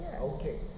Okay